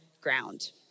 ground